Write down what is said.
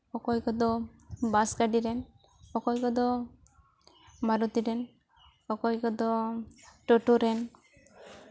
ᱚᱠᱚᱭ ᱠᱚᱫᱚ ᱵᱟᱥ ᱚᱠᱚᱭ ᱠᱚᱫᱚ ᱵᱟᱥ ᱜᱟᱹᱰᱤᱨᱮ ᱚᱠᱚᱭ ᱠᱚᱫᱚ ᱢᱟᱨᱩᱛᱤ ᱨᱮ ᱚᱠᱚᱭ ᱠᱚᱫᱚ ᱴᱳᱴᱳ ᱨᱮᱱ